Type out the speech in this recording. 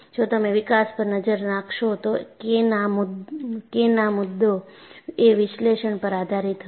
જો તમે વિકાસ પર નજર નાખશો તો K ના મુદ્દો એ વિશ્લેષણ પર આધારિત હતો